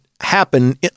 happen